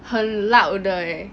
很 loud 的 eh